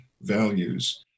values